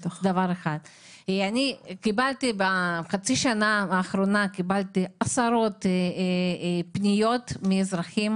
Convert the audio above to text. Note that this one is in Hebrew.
אני קיבלתי בחצי שנה האחרונה עשרות פניות מאזרחים